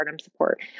support